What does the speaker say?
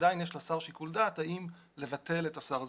עדיין יש לשר שיקול דעת אם לבטל את הצו.